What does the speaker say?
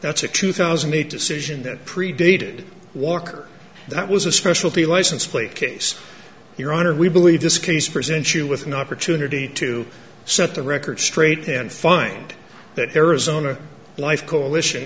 that's a two thousand need to citizen that pre dated walker that was a specialty license plate case your honor we believe this case presents you with an opportunity to set the record straight and find that arizona life coalition